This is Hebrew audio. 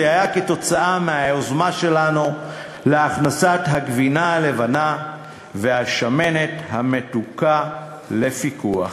זה היה כתוצאה מהיוזמה שלנו להכנסת הגבינה הלבנה והשמנת המתוקה לפיקוח.